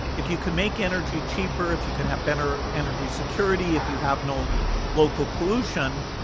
if you can make energy cheaper, if you can have better energy security, if you have no local pollution,